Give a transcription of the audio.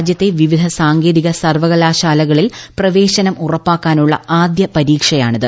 രാജ്യത്തെ വിവിധ സാങ്കേതിക സർവ്വകലാശാലകളിൽ പ്രവേശനം ഉറപ്പാക്കാനുള്ള ആദ്യ പരീക്ഷയാണിത്